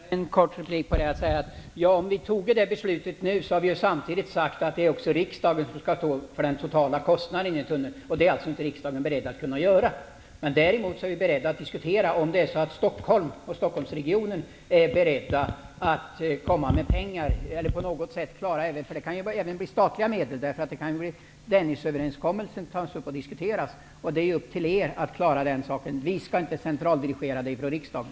Herr talman! Om vi fattade det beslutet nu skulle vi samtidigt säga att det är riksdagen som skall stå för den totala kostnaden för tunneln. Det är inte riksdagen beredd att göra. Däremot är vi beredda att diskutera om Stockholmsregionen satsar pengar eller på något sätt bidrar med en lösning. Det kan även bli statliga medel, därför att Dennisöverenskommelsen kan tas upp och diskuteras. Det är upp till er att klara den saken. Vi skall inte centraldirigera det från riksdagen.